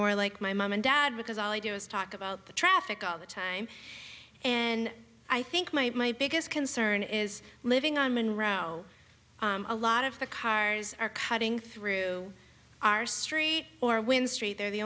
more like my mom and dad because all i do is talk about the traffic all the time and i think my biggest concern is living on monroe a lot of the cars are cutting through our street or when street they're the